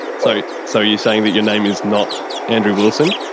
so, so you're saying that your name is not andrew wilson?